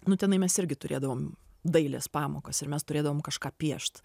nu tenai mes irgi turėdavom dailės pamokas ir mes turėdavom kažką piešt